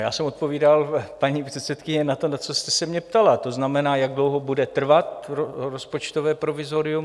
Já jsem odpovídal, paní předsedkyně, na to, na co jste se mě ptala, to znamená, jak dlouho bude trvat rozpočtové provizorium.